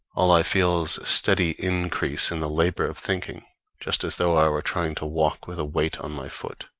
all i feel is a steady increase in the labor of thinking just as though i were trying to walk with a weight on my foot.